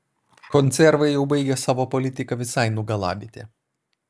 konservai jau baigia savo politika visai nugalabyti